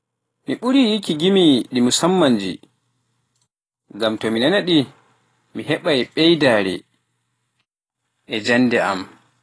Mu ɓurii yikki gimi ɗi musammannji, ngam to mi nana-ɗi, mi heɓay ɓeydaare e jannde am.